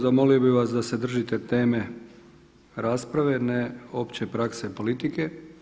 Zamolio bih vas da se držite teme rasprave a ne opće prakse politike.